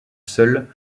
seule